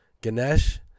Ganesh